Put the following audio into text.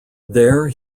there